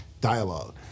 dialogue